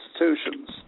institutions